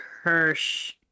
Hirsch